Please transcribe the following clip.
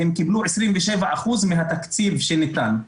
הם קיבלו 27% מהתקציב שניתן.